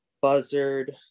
Buzzard